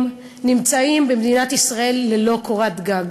נמצאים במדינת ישראל ללא קורת גג,